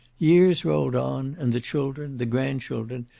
years rolled on, and the children, the grand-children,